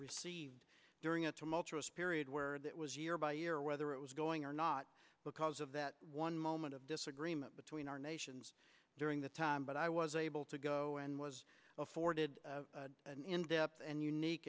received during a tumultuous period where that was year by year whether it was going or not because of that one moment of disagreement between our nations during that time but i was able to go and was afforded an in depth and unique